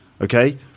okay